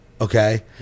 okay